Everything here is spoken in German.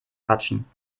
quatschen